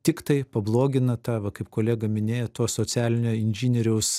tiktai pablogina tą va kaip kolega minėjo to socialinio inžinieriaus